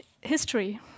history